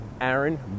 Aaron